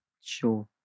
sure